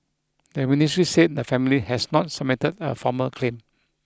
the ministry said the family has not submitted a formal claim